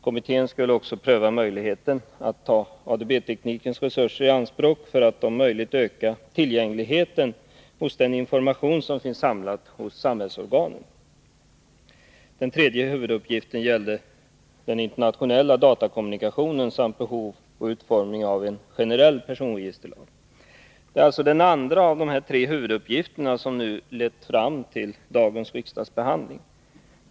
Kommittén skulle också pröva möjligheten att ta ADB-teknikens resurser i anspråk för att om möjligt öka tillgängligheten hos den information som finns samlad hos samhällsorganen. Den tredje huvuduppgiften gällde den internationella datakommunikationen samt behov och utformning av en generell personregisterlag. Det är alltså den andra av dessa tre huvuduppgifter som nu lett fram till dagens riksdagsbehandling.